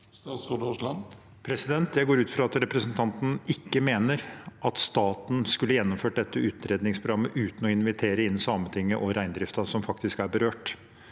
Jeg går ut fra at representanten ikke mener at staten skulle gjennomført dette utredningsprogrammet uten å invitere inn Sametinget og reindriften som faktisk er berørt.